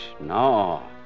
No